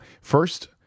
First